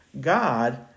God